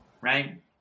right